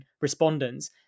respondents